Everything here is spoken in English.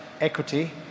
equity